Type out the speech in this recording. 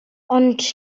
ond